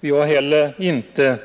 Vi har heller inte